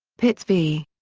pitts v.